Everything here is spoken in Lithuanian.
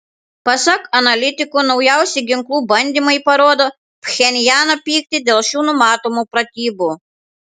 pasak analitikų naujausi ginklų bandymai parodo pchenjano pyktį dėl šių numatomų pratybų